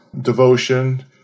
devotion